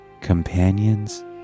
Companions